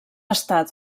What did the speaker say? estat